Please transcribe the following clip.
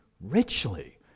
richly